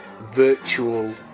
virtual